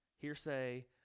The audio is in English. hearsay